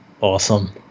Awesome